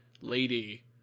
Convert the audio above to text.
lady